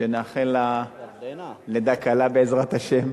שנאחל לה לידה קלה, בעזרת השם,